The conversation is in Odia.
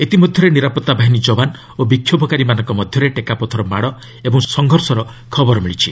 ଇତିମଧ୍ୟରେ ନିରାପତ୍ତା ବାହିନୀ ଯବାନ ଓ ବିକ୍ଷୋଭକାରୀମାନଙ୍କ ମଧ୍ୟରେ ଟେକାପଥର ମାଡ଼ ଓ ସଂଘର୍ଷର ଖବର ମିଳିଛି